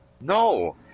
No